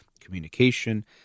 communication